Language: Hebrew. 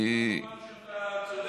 אני מוכרח לומר שאתה צודק.